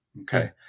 okay